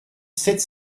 sept